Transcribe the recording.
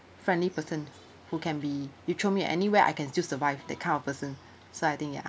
friendly person who can be you throw me at anywhere I can still survive that kind of person so I think ya